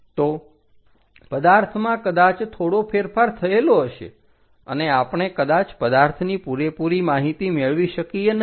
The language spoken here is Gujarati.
તો પદાર્થમાં કદાચ થોડો ફેરફાર થયેલો હશે અને આપણે કદાચ પદાર્થની પૂરેપુરી માહિતી મેળવી શકીએ નહીં